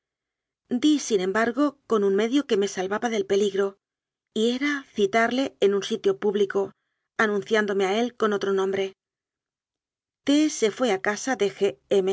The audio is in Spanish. fuerza di sin embargo con un me dio que me salvaba del peligro y era citarle en un sitio público anunciándome a él con otro nom bre t se fué a casa de